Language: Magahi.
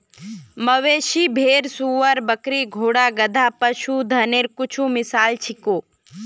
मवेशी, भेड़, सूअर, बकरी, घोड़ा, गधा, पशुधनेर कुछु मिसाल छीको